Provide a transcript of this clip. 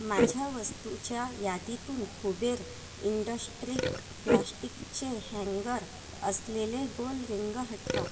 माझ्या वस्तूच्या यादीतून कुबेर इंडस्ट्रीक प्लास्टिकचे हॅन्गर असलेले गोल रिंग हटवा